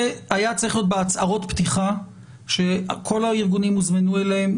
זה היה צריך להיות בהצהרות הפתיחה שכל הארגונים הוזמנו אליהן.